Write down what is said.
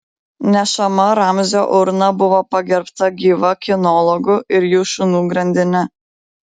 nešama ramzio urna buvo pagerbta gyva kinologų ir jų šunų grandine